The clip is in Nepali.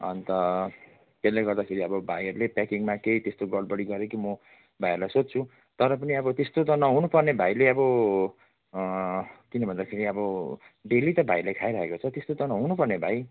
अन्त त्यसले गर्दाखेरि अब भाइहरूले प्याकिङमा केही त्यस्तो गडबडी गऱ्यो कि म भाइहरूलाई सोध्छु तर पनि अब त्यस्तो त नहुनु पर्ने भाइले अब किनभन्दाखेरि अब डेली त भाइले खाइरहेको छ त्यस्तो त नहुनु पर्ने भाइ